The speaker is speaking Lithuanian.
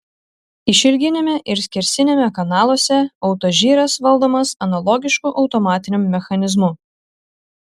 išilginiame ir skersiniame kanaluose autožyras valdomas analogišku automatiniam mechanizmu